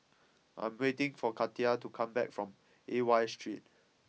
I am waiting for Katia to come back from Aliwal Street